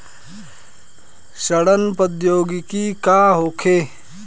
सड़न प्रधौगिकी का होखे?